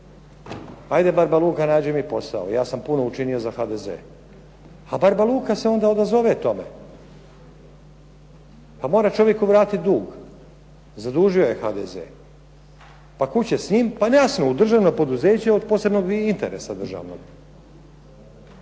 Ajde barba Luka nađi mi posao, ja sam puno učinio za HDZ. A barba Luka se onda odazove tome. Pa mora čovjeku vratiti dug. Zadužio je HDZ. Pa kud će s njim? Pa jasno, u državna poduzeća od posebnog interesa državnog.